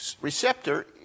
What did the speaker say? receptor